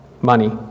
money